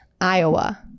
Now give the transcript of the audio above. Iowa